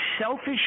selfish